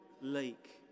lake